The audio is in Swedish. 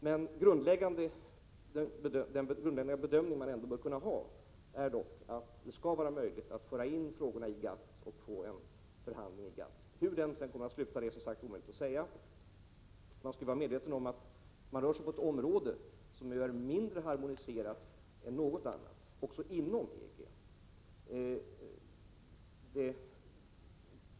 Den grundläggande bedömning man ändå bör kunna ha är att det skall vara möjligt att föra in frågorna i GATT och få en förhandling i GATT. Hur den sedan kommer att sluta är som sagt omöjligt att säga. Man skall vara medveten om att det rör sig om ett område som är mindre harmoniserat än något annat också inom EG.